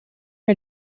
her